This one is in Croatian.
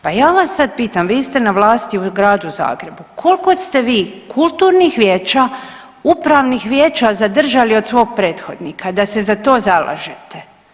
Pa ja vas sad pitam, vi ste na vlasti u Gradu Zagrebu, koliko ste vi kulturnih vijeća, upravnih vijeća zadržali od svog prethodnika da se za to zalažete.